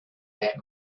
that